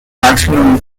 maximum